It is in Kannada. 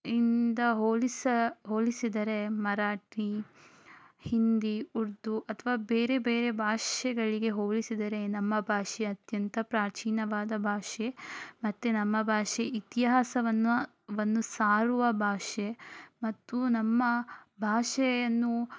ಇಂದ ಹೋಲಿಸಿ ಹೋಲಿಸಿದರೆ ಮರಾಠಿ ಹಿಂದಿ ಉರ್ದು ಅಥವಾ ಬೇರೆ ಬೇರೆ ಭಾಷೆಗಳಿಗೆ ಹೋಲಿಸಿದರೆ ನಮ್ಮ ಭಾಷೆ ಅತ್ಯಂತ ಪ್ರಾಚೀನವಾದ ಭಾಷೆ ಮತ್ತು ನಮ್ಮ ಭಾಷೆ ಇತಿಹಾಸವನ್ನು ವನ್ನು ಸಾರುವ ಭಾಷೆ ಮತ್ತು ನಮ್ಮ ಭಾಷೆಯನ್ನು